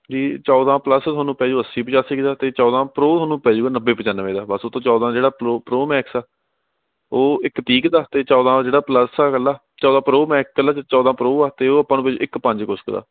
ਜੀ ਚੌਦਾਂ ਪਲੱਸ ਤੁਹਾਨੂੰ ਪੈ ਜਾਉ ਅੱਸੀ ਪਚਾਸੀ ਕੁ ਦਾ ਅਤੇ ਚੌਦਾਂ ਪਰੋ ਤੁਹਾਨੂੰ ਪੈ ਜਾਉਗਾ ਨੱਬੇ ਪਚਾਨਵੇਂ ਦਾ ਬਸ ਉੱਤੋਂ ਚੌਦਾਂ ਜਿਹੜਾ ਪਰੋ ਪਰੋ ਮੈਕਸ ਉਹ ਇੱਕ ਤੀਹ ਕੁ ਦਾ ਅਤੇ ਚੌਦਾਂ ਜਿਹੜਾ ਪਲੱਸ ਆ ਇਕੱਲਾ ਚੌਦਾਂ ਪਰੋ ਮੈਕਸ ਇਕੱਲਾ ਅਤੇ ਚੌਦਾਂ ਪਰੋ ਆ ਅਤੇ ਉਹ ਆਪਾਂ ਨੂੰ ਪੈ ਜਾਉ ਇੱਕ ਪੰਜ ਕੁਛ ਕੁ ਦਾ